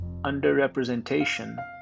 underrepresentation